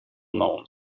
known